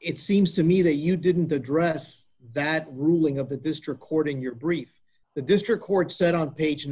it seems to me that you didn't address that ruling of the district court in your brief the district court said on page